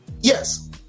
Yes